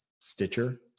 stitcher